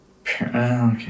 Okay